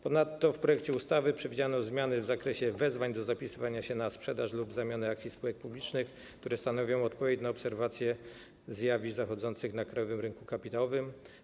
Ponadto w projekcie ustawy przewidziano zmiany w zakresie wezwań do zapisywania się na sprzedaż lub zamianę akcji spółek publicznych, co stanowi odpowiedź na obserwację zjawisk zachodzących na krajowym rynku kapitałowym.